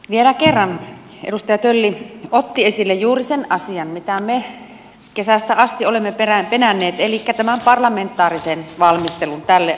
vielä kerran edustaja tölli otti esille juuri sen asian mitä me kesästä asti olemme penänneet elikkä tämän parlamentaarisen valmistelun tälle asialle